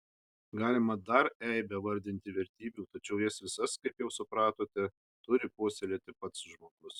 galima dar eibę vardinti vertybių tačiau jas visas kaip jau supratote turi puoselėti pats žmogus